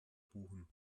buchen